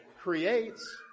creates